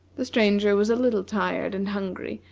the stranger was a little tired and hungry,